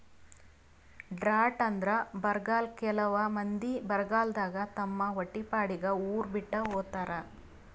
drought ಅಂದ್ರ ಬರ್ಗಾಲ್ ಕೆಲವ್ ಮಂದಿ ಬರಗಾಲದಾಗ್ ತಮ್ ಹೊಟ್ಟಿಪಾಡಿಗ್ ಉರ್ ಬಿಟ್ಟ್ ಹೋತಾರ್